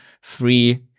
free